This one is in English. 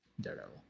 Daredevil